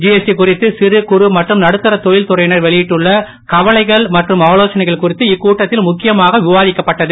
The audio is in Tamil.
திஎஸ்டி குறித்து சிறு குறு மற்றும் நடுத்தரத் தொழில் துறையினர் வெளியிட்டுள்ள கவலைகள் மற்றும் ஆலோசனைகள் குறித்து இக்கூட்டத்தில் ழுக்கியமாக விவாதிக்கப் பட்டது